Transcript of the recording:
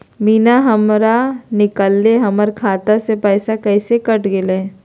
बिना हमरा निकालले, हमर खाता से पैसा कैसे कट गेलई?